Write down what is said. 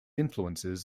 influences